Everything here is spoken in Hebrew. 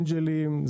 אנג'לים,